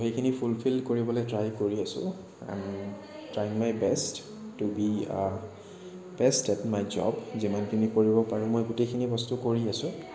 সেইখিনি ফুলফিল কৰিবলৈ ট্ৰাই কৰি আছোঁ I am trying my best to be best at my job যিমানখিনি কৰিব পাৰোঁ মই গোটেইখিনি বস্তু কৰি আছোঁ